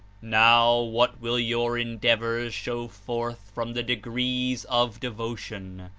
now, what will your endeavors show forth from the degrees of de votion?